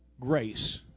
grace